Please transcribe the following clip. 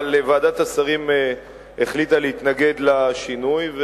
אבל ועדת השרים החליטה להתנגד לשינוי,